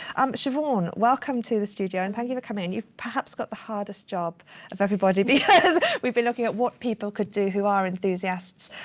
um siobhan, welcome to the studio. and thank you for coming in. you've perhaps got the hardest job of everybody because we've been looking at what people could do who are enthusiasts,